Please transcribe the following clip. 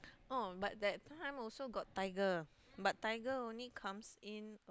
oh but that time also got tiger but tiger only comes in